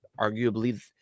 arguably